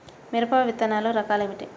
మిరప విత్తనాల రకాలు ఏమిటి?